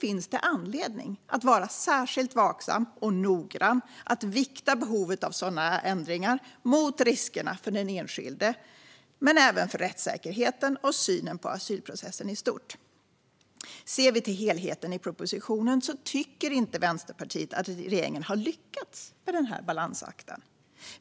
finns det anledning att vara särskilt varsam och noggrann när man viktar behovet av sådana här ändringar mot riskerna för den enskilde och för rättssäkerheten och synen på asylprocessen i stort. Sett till helheten i propositionen tycker inte Vänsterpartiet att regeringen har lyckats med denna balansakt.